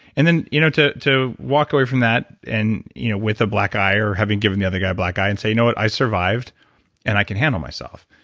and then you know to to walk away from that and you know with a black eye or having given the other guy a black eye, and say, you know what? i survived and i can handle myself.